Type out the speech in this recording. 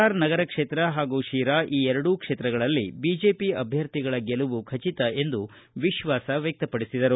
R Nagar ಕ್ಷೇತ್ರ ಹಾಗೂ ಶಿರಾ ಎರಡು ಕ್ಷೇತ್ರಗಳಲ್ಲಿ ಬಿಜೆಪಿ ಅಭ್ಯರ್ಥಿಗಳ ಗೆಲುವು ಖಚಿತ ಎಂದು ವಿಶ್ವಾಸ ವ್ಯಕ್ತಪಡಿಸಿದರು